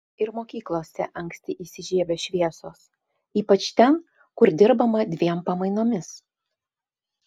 ir mokyklose anksti įsižiebia šviesos ypač ten kur dirbama dviem pamainomis